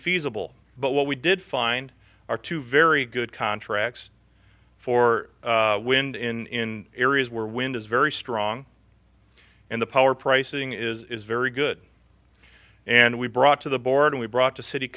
feasible but what we did find are two very good contracts for wind in areas where wind is very strong and the power pricing is very good and we brought to the board we brought to city